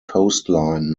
coastline